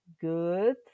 good